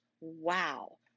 wow